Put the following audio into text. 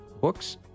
Books